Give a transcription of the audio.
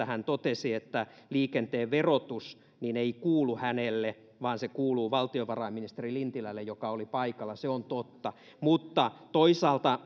hän totesi että liikenteen verotus ei kuulu hänelle vaan se kuuluu valtiovarainministeri lintilälle joka oli paikalla se on totta mutta toisaalta